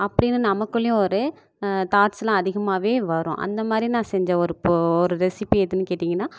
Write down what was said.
அப்படின்னு நமக்குள்ளேயும் ஒரு தாட்ஸெலாம் அதிகமாகவே வரும் அந்த மாதிரி நான் செஞ்ச ஒரு பொ ஒரு ரெசிப்பி எதுன்னு கேட்டிங்கனால்